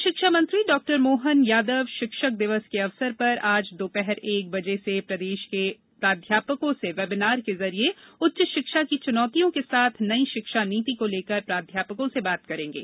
उच्च शिक्षा मंत्री डॉ मोहन यादव शिक्षक दिवस के अवसर पर आज दोपहर एक बजे से प्रदेश के प्राध्यापकों से वेबिनार के जरिये उच्च शिक्षा की चुनौतियों के साथ नई शिक्षा नीति को लेकर प्राध्यापकों से बात करेंगे